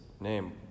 name